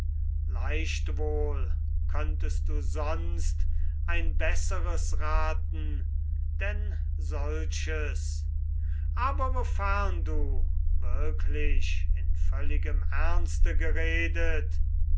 könntest du sonst ein besseres raten denn solches aber wofern du wirklich in völligem ernste geredet